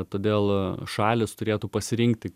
todėl šalys turėtų pasirinkti